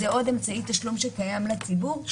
הוא יהיה במצב שהוא לא יכול לבוא ולומר ובואו נאמר,